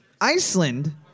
Iceland